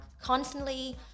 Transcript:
constantly